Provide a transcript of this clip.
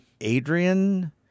Adrian